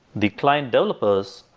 the client developers,